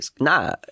Nah